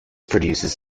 produces